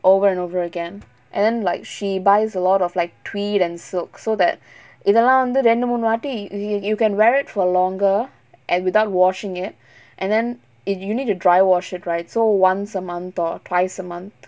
over and over again and then like she buys a lot of like tweed and silk so that இதலா வந்து ரெண்டு மூனு வாட்டி:ithala vanthu rendu moonu vaati you you can wear it for longer and without washing it and then if you need to dry wash it right so once a month or twice a month